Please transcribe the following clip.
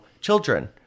children